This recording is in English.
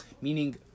Meaning